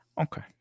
Okay